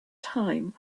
time